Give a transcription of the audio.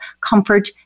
comfort